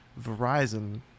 Verizon